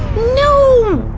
no!